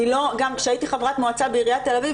גם כשהייתי חברת מועצה בעיריית תל אביב,